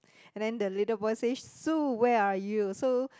and then the little boy say Sue where are you so